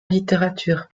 littérature